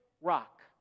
rock